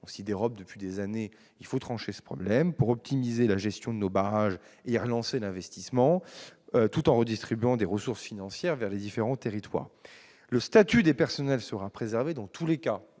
On s'y dérobe depuis des années, et il faut trancher ce problème, afin d'optimiser la gestion de nos barrages et de relancer l'investissement, tout en redistribuant des ressources financières vers les différents territoires. Le statut des personnels sera préservé dans tous les cas-